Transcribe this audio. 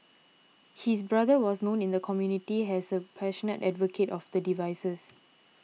his brother was known in the community as a passionate advocate of the devices